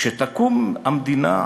"כשתקום מדינה"